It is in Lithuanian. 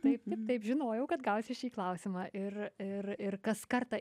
taip taip taip žinojau kad gausiu šį klausimą ir ir kas kartą